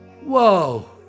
Whoa